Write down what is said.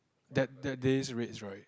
that that day's rates right